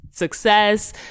success